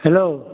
hello